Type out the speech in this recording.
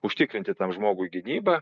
užtikrinti tam žmogui gynybą